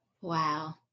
Wow